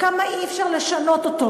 כמה אי-אפשר לשנות אותו,